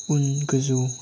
उन गोजौ